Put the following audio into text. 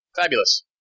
Fabulous